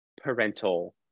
parental